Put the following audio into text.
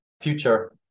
future